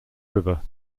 river